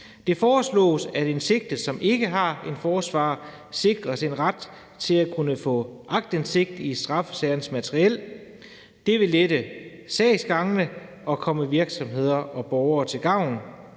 Det foreslås, at en sigtet, som ikke har en forsvarer, sikres en ret til at kunne få aktindsigt i straffesagernes materiale. Det vil lette sagsgangene og komme virksomhederne og borgerne til gavn.